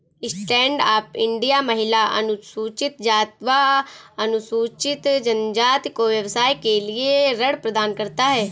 stand up India महिला, अनुसूचित जाति व अनुसूचित जनजाति को व्यवसाय के लिए ऋण प्रदान करता है